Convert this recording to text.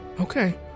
Okay